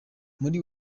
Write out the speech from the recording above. muri